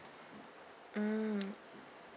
mm